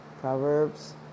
Proverbs